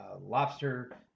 Lobster